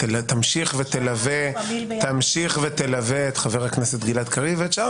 תמשיך ותלווה את חבר הכנסת גלעד קריב ואת שאר